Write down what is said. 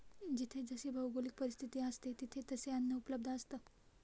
जिथे जशी भौगोलिक परिस्थिती असते, तिथे तसे अन्न उपलब्ध असतं